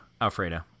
Alfredo